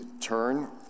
turn